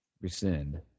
Rescind